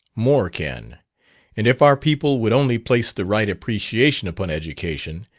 more can and if our people would only place the right appreciation upon education,